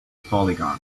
polygon